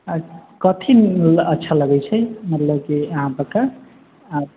कथि अच्छा लगैत छै मतलब कि यहाँ परके आ